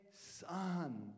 son